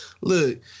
look